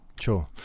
Sure